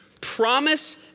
promise